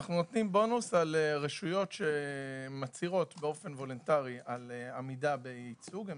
אנו נותנים בונוס על רשויות שמצהירות באופן וולונטרי על עמידה בייצוג.